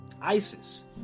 Isis